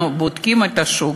אנחנו בודקים את השוק,